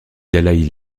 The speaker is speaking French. dalaï